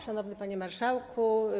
Szanowny Panie Marszałku!